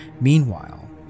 Meanwhile